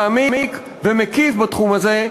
מעמיק ומקיף בתחום הזה,